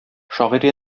шагыйрь